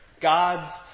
God's